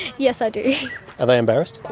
yes, i do. are they embarrassed?